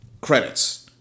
credits